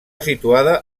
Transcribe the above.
situada